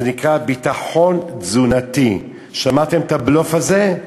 זה נקרא "ביטחון תזונתי" שמעתם את הבלוף הזה?